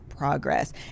progress